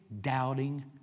doubting